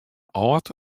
âld